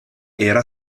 era